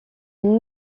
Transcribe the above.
une